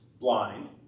blind